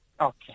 Okay